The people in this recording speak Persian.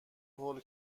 هول